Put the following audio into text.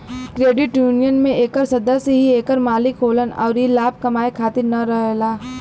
credit union में एकर सदस्य ही एकर मालिक होलन अउर ई लाभ कमाए खातिर न रहेला